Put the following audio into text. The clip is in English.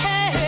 Hey